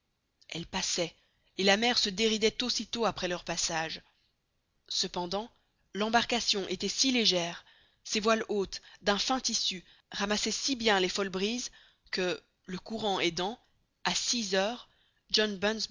elles passaient et la mer se déridait aussitôt après leur passage cependant l'embarcation était si légère ses voiles hautes d'un fin tissu ramassaient si bien les folles brises que le courant aidant à six heures john